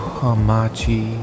hamachi